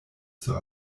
zur